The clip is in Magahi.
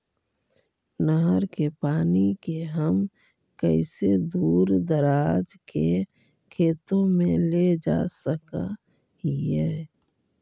नहर के पानी के हम कैसे दुर दराज के खेतों में ले जा सक हिय?